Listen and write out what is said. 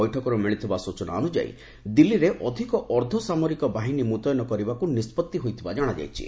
ବୈଠକରୁ ମିଳିଥିବା ସୂଚନା ଅନୁଯାୟୀ ଦିଲ୍ଲୀରେ ଅଧିକ ଅର୍ଦ୍ଧସାମରିକ ବାହିନୀ ମୁତୟନ କରିବାକୁ ନିଷ୍ପଭି ହୋଇଥିବା ଜଣାଯାଇଛି